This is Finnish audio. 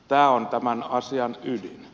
tämä on tämän asian ydin